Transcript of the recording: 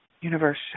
Universe